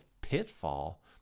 pitfall